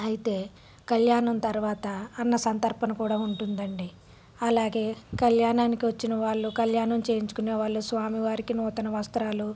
అయితే కళ్యాణం తర్వాత అన్న సంతర్పణ కూడా ఉంటుంది అండి అలాగే కళ్యాణానికి వచ్చిన వాళ్ళు కల్యాణం చేయించుకునే వాళ్ళు స్వామి వారికి నూతన వస్త్రాలు